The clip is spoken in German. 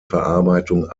verarbeitung